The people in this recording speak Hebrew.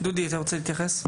דודי אתה רוצה להתייחס?